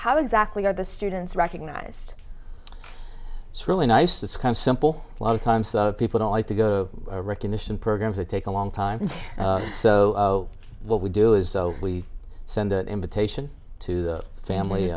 how exactly are the students recognized it's really nice it's kind simple a lot of times people don't like to go to a recognition programs that take a long time so what we do is we send an invitation to the family